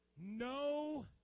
No